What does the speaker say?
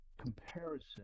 comparison